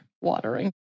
watering